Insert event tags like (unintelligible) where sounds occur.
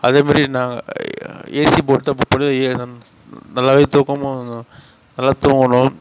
அதேமாதிரி நான் AC boat தான் புக் பண்ணோம் (unintelligible) நல்லாவே தூக்கமும் நல்லா தூங்கினோம்